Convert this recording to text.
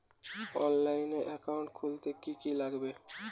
অনলাইনে একাউন্ট খুলতে কি কি লাগবে?